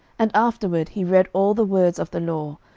and afterward he read all the words of the law,